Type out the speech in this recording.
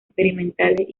experimentales